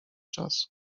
czasu